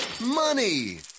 money